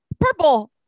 purple